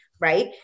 right